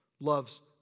Loves